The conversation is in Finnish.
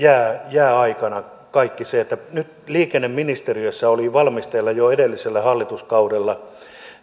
jääaikana kaikki se liikenneministeriössä oli valmisteilla jo edellisellä hallituskaudella